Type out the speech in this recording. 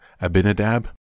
Abinadab